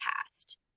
past